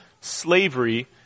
slavery